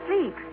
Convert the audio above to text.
sleep